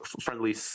friendly